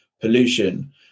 pollution